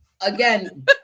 Again